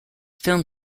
film